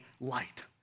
light